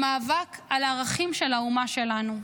המאבק על הערכים של האומה שלנו,